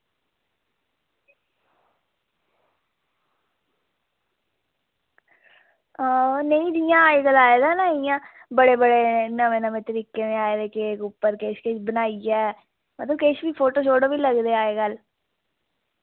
हां नेईं जियां अज्जकल आए दा ना इ'यां बड़े बड़े नमें नमें तरीकें दे आए दे केक उप्पर किश किश बनाइयै मतलब किश बी फोटो शोटो बी लगदे अज्जकल